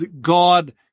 God